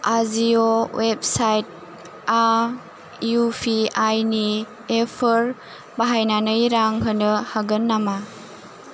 आजिय' वेबसाइटावआ इउपिआइनि एपफोर बाहायनानै रां होनो हागोन नामा